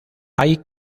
hay